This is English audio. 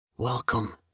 Welcome